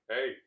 Hey